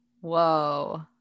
Whoa